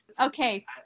okay